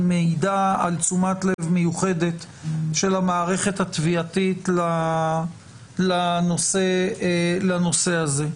היא מעידה על תשומת לב מיוחדת של המערכת התביעתית לנושא הזה.